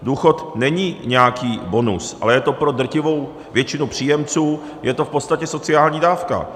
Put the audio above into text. Důchod není nějaký bonus, ale je to pro drtivou většinu příjemců v podstatě sociální dávka.